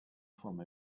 from